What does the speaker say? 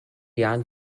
jahren